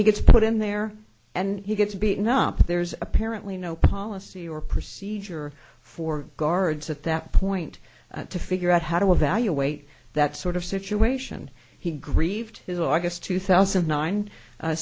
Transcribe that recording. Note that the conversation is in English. he gets put in there and he gets beaten up there's apparently no policy or procedure for guards at that point to figure out how to evaluate that sort of situation he grieved who i guess two thousand and nine